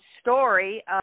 story